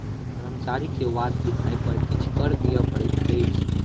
कर्मचारी के वार्षिक आय पर किछ कर दिअ पड़ैत अछि